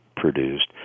produced